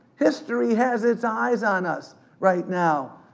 history has it's eyes on us right now.